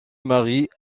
marie